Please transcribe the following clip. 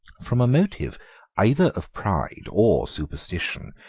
from a motive either of pride or superstition,